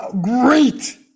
great